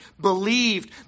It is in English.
believed